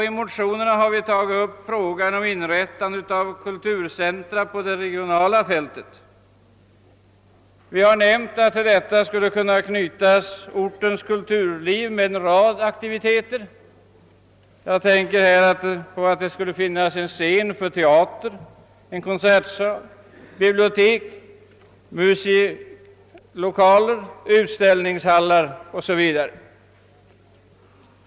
I våra motioner har vi sålunda också tagit upp frågan om inrättande av kulturcentra på det regionala planet och nämnt att vi borde knyta an ortens kulturliv till en rad aktiviteter. Jag tänker här närmast på att det i en ort bör finnas en teaterscen, en konsertsal, bibliotek, museilokaler, utställningshallar o.s.v.